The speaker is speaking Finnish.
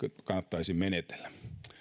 kannattaisi menetellä